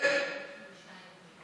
סעיפים 1